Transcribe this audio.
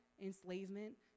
enslavement